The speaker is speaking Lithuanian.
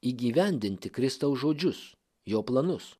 įgyvendinti kristaus žodžius jo planus